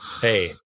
Hey